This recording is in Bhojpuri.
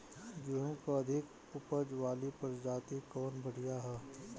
गेहूँ क अधिक ऊपज वाली प्रजाति कवन बढ़ियां ह?